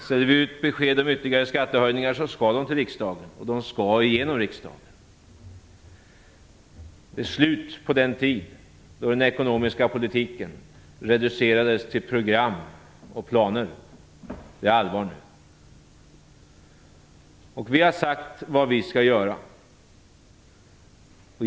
Ställer vi ut besked om ytterligare skattehöjningar skall förslagen till riksdagen, och de skall igenom riksdagen. Det är slut på den tid då den ekonomiska politiken reducerades till program och planer. Det är allvar nu. Vi har sagt vad vi skall göra.